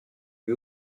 lui